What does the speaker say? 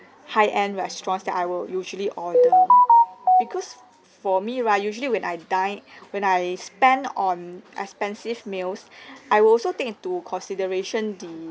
high-end restaurants that I will usually order because for me right usually when I dine when I spend on expensive meals I will also take into consideration the